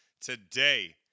Today